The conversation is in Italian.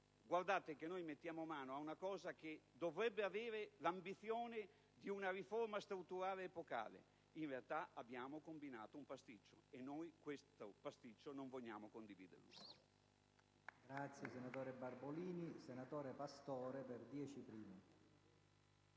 Guardate che noi mettiamo mano ad una cosa che dovrebbe avere l'ambizione di una riforma strutturale epocale. In realtà, avete combinato un pasticcio, e noi questo pasticcio non vogliamo condividerlo.